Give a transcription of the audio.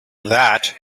that